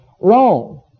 Wrong